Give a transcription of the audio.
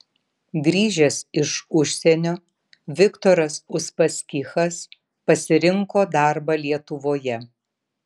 grįžęs iš užsienio viktoras uspaskichas pasirinko darbą lietuvoje